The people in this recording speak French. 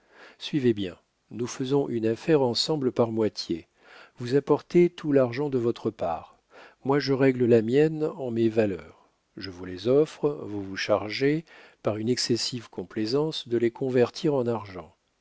suivez bien nous faisons une affaire ensemble par moitié vous apportez tout l'argent de votre part moi je règle la mienne en mes valeurs je vous les offre vous vous chargez par une excessive complaisance de les convertir en argent